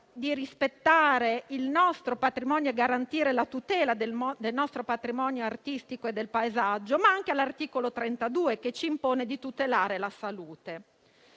di rispettare il nostro patrimonio e garantire la tutela del nostro patrimonio artistico e del paesaggio, ma anche l'articolo 32, che ci impone di tutelare la salute.